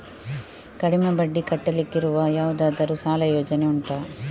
ಕಡಿಮೆ ಬಡ್ಡಿ ಕಟ್ಟಲಿಕ್ಕಿರುವ ಯಾವುದಾದರೂ ಸಾಲ ಯೋಜನೆ ಉಂಟಾ